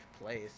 place